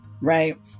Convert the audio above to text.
right